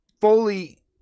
fully